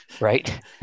right